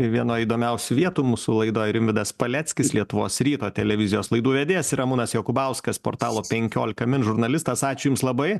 vienoj įdomiausių vietų mūsų laidoj rimvydas paleckis lietuvos ryto televizijos laidų vedėjas ramūnas jokubauskas portalo penkiolika mins žurnalistas ačiū jums labai